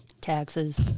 Taxes